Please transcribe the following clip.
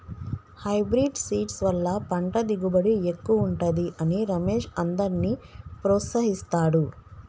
hybrid seeds వల్ల పంట దిగుబడి ఎక్కువుంటది అని రమేష్ అందర్నీ ప్రోత్సహిస్తాడు